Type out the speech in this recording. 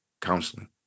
counseling